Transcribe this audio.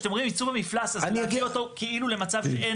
כשאתם אומרים ייצוב המפלס אז זה להביא אותו כאילו למצב שאין אידוי טבעי?